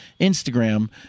Instagram